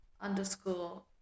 underscore